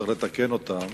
וצריך לתקן אותם,